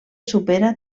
supera